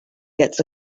gets